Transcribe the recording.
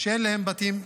שאין להן בתים,